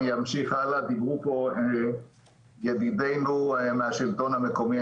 אני אמשיך הלאה: דיברו פה ידידינו מהשלטון המקומי.